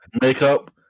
makeup